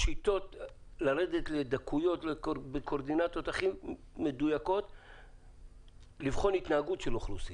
ושיטות כדי לרדת לדקויות ולבחון התנהגות של אוכלוסייה.